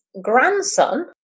grandson